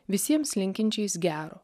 visiems linkinčiais gero